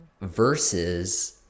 versus